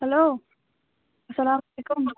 hello السلام